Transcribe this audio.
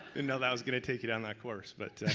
and know that was gonna take you down that course but